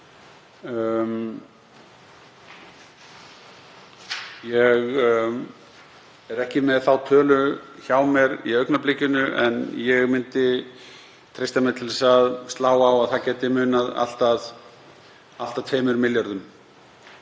Ég er ekki með þá tölu hjá mér í augnablikinu en ég myndi treysta mér til að slá á að það gæti munað allt að 2 milljörðum.